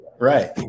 Right